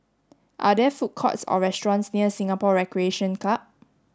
are there food courts or restaurants near Singapore Recreation Club